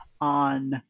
on